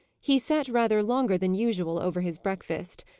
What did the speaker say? he set rather longer than usual over his breakfast,